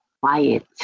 Quiet